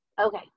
Okay